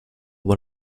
one